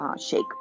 Shake